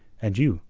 and you,